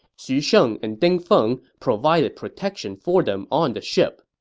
xu sheng and ding feng provided protection for them on the ship.